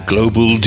Global